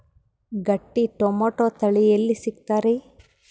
ಗಟ್ಟಿ ಟೊಮೇಟೊ ತಳಿ ಎಲ್ಲಿ ಸಿಗ್ತರಿ?